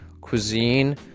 cuisine